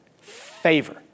Favor